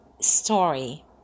story